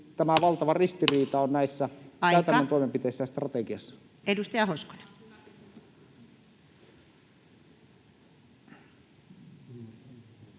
tämä valtava ristiriita on näissä käytännön [Puhemies: Aika!] toimenpiteissä ja strategiassa?